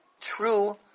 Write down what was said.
true